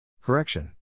Correction